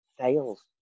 fails